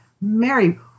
Mary